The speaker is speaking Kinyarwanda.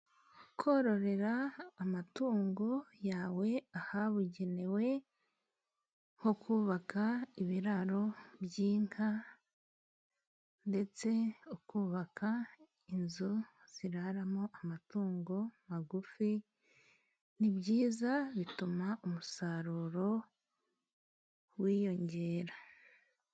Kororera amatungo yawe ahabugenewe, nko kubaka ibiraro by'inka ndetse ukubaka inzu ziraramo amatungo magufi, ni byiza bituma umusaruro wiyongera.